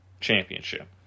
Championship